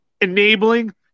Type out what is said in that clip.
enabling